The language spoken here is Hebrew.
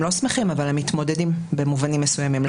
הם לא שמחים אבל הם מתמודדים במובנים מסוימים.